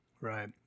Right